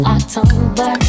October